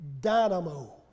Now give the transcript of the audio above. dynamo